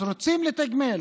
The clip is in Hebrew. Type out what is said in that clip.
אז רוצים לתגמל